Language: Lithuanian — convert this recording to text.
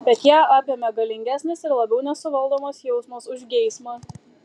bet ją apėmė galingesnis ir labiau nesuvaldomas jausmas už geismą